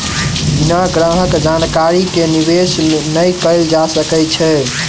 बिना ग्राहक जानकारी के निवेश नै कयल जा सकै छै